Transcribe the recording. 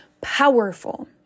powerful